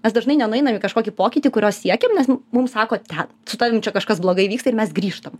mes dažnai nenueinam į kažkokį pokytį kurio siekiam nes mums sako ten su tavim čia kažkas blogai vyksta ir mes grįžtam